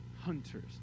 hunters